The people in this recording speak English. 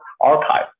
archive